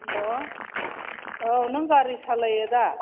हेल' औ नों गारि सालायो दा